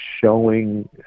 showing